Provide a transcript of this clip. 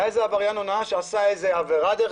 היה איזה עבריין הונאה שעשה עבירה דרך